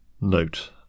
Note